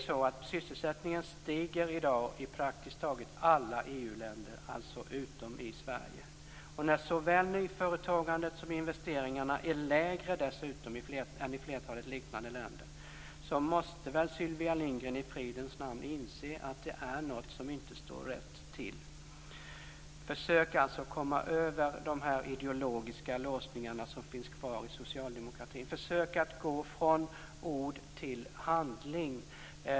Sysselsättningen ökar i dag i praktiskt taget alla EU-länder utom i Sverige. När såväl nyföretagandet som investeringarna dessutom är lägre än i flertalet liknande länder måste väl Sylvia Lindgren i fridens namn inse att det är något som inte står rätt till. Försök alltså komma över dessa ideologiska låsningar som finns kvar i socialdemokratin. Försök att gå från ord till handling.